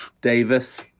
Davis